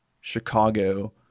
Chicago